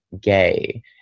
gay